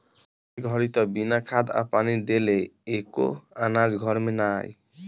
ए घड़ी त बिना खाद आ पानी देले एको अनाज घर में ना आई